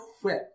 quit